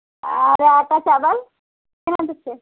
आरो आटा चावल केना दय छियै